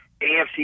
AFC